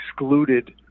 excluded –